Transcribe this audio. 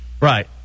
Right